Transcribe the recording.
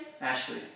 Ashley